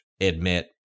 admit